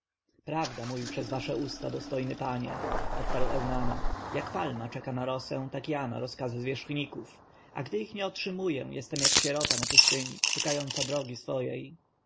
prawda mówi przez wasze usta dostojny panie odparł eunana jak palma czeka na rosę tak ja na rozkazy zwierzchników a gdy ich nie otrzymuję jestem jak sierota w pustyni szukająca drogi swojej